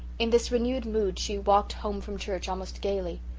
in this renewed mood she walked home from church almost gaily.